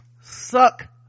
suck